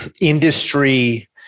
industry